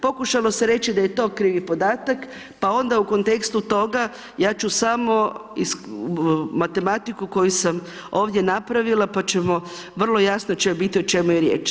Pokušalo se reći da je to krivi podatak, pa onda u kontekstu toga ja ću samo, matematiku koju sam ovdje napravila, pa ćemo, vrlo jasno će biti o čemu je riječ.